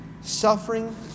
suffering